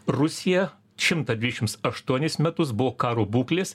rusija šimtą dvidešims aštuonis metus buvo karo būklės